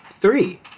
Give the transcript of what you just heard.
three